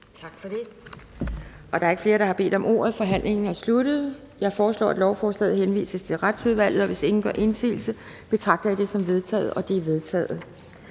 Det var det. Der er ikke flere, der har bedt om ordet. Forhandlingen er sluttet. Jeg foreslår, at lovforslaget henvises til Færøudvalget. Hvis ingen gør indsigelse, betragter jeg det som vedtaget. Det er vedtaget.